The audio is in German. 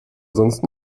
sonst